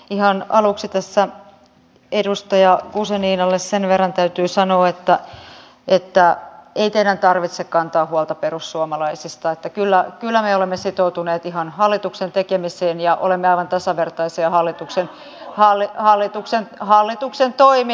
ihan aluksi tässä edustaja guzeninalle sen verran täytyy sanoa että ei teidän tarvitse kantaa huolta perussuomalaisista kyllä me olemme sitoutuneet ihan hallituksen tekemiseen ja olemme aivan tasavertaisia hallituksen toimijoita